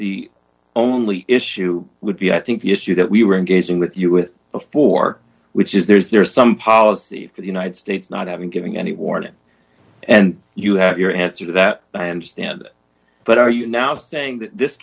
the only issue would be i think the issue that we were engaging with you with before which is there is there are some policy for the united states not having giving any warning and you have your answer to that i understand but are you now saying that this